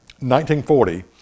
1940